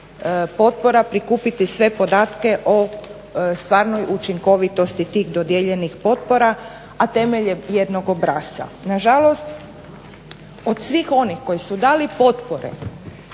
potpora prikupiti sve podatke o stvarnoj učinkovitosti tih dodijeljeni potpora, a temeljem jednog obrasca. Nažalost, od svih onih koji su dali potpore